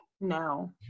No